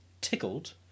Tickled